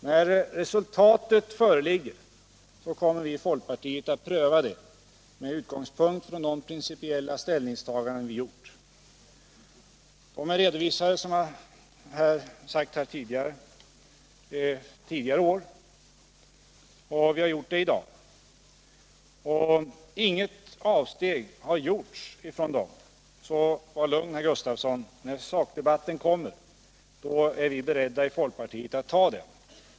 När resultatet föreligger kommer vi i folkpartiet att pröva det med utgångspunkt i de principiella ställningstaganden som vi har gjort. Vi har redovisat dem tidigare år, och vi har gjort det i dag. Inget avsteg har gjorts från de ställningstagandena. Så var lugn, herr Gustafsson, när sakdebatten kommer är vi i folkpartiet beredda att ta den.